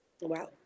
wow